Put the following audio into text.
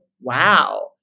wow